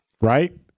right